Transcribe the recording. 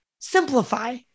simplify